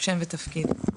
שם ותפקיד.